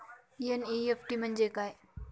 NEFT म्हणजे काय?